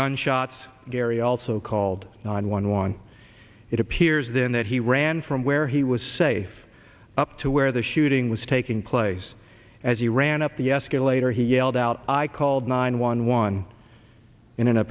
gunshots gary also called nine one one it appears then that he ran from where he was safe up to where the shooting was taking place as he ran up the escalator he yelled out i called nine one one in an a